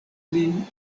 lin